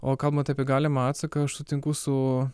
o kalbant apie galimą atsaką aš sutinku su